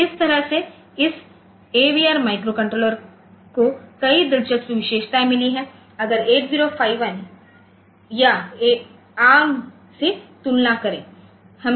तो इस तरह से इस एवीआर माइक्रोकंट्रोलर को कई दिलचस्प विशेषताएं मिली हैं अगर 8051 या एआरएम से तुलना करें